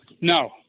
No